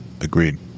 Agreed